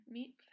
Meet